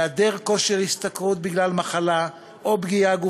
היעדר כושר השתכרות בגלל מחלה או פגיעה גופנית,